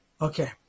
Okay